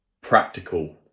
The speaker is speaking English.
practical